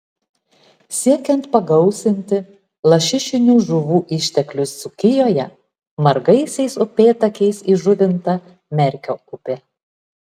siekiant pagausinti lašišinių žuvų išteklius dzūkijoje margaisiais upėtakiais įžuvinta merkio upė